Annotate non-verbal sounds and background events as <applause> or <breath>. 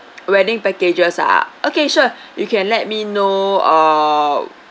wedding packages ah okay sure <breath> you can let me know uh